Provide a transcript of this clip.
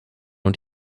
und